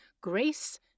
grace